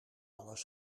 alles